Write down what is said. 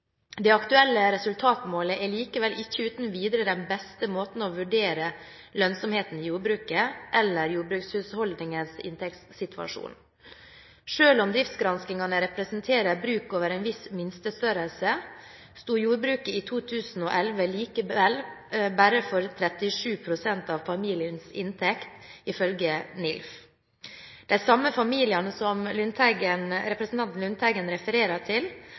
Det aktuelle resultatmålet er likevel ikke uten videre den beste måten for å vurdere lønnsomheten i jordbruket, eller jordbrukshusholdningenes inntektssituasjon. Selv om driftsgranskingene representerer bruk over en viss minstestørrelse, sto jordbruket i 2011 likevel bare for 37 pst. av familiens inntekt, ifølge NILF. De samme familiene som representanten Lundteigen refererer til,